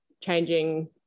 changing